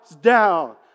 down